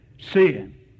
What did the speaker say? sin